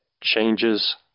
changes